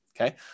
okay